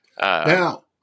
Now